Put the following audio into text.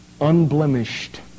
unblemished